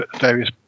various